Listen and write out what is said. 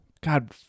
God